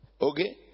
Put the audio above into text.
Okay